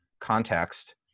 context